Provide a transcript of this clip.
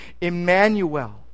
Emmanuel